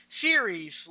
series